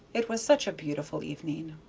it was such a beautiful evening.